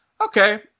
okay